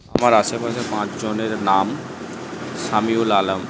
আমার আশেপাশের পাঁচজনের নাম সামিউল আলাম